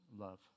love